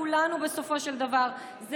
ובסופו של דבר שומר על כולנו.